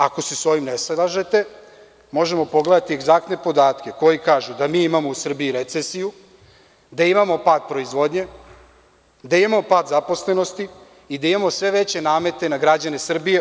Ako se sa ovim ne slažete, možemo pogledati egzaktne podatke koji kažu da mi imamo u Srbiji recesiju, da imamo pad proizvodnje, da imamo pad zaposlenosti i da imamo sve veće namete na građane Srbije.